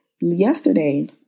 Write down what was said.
yesterday